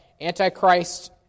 Antichrist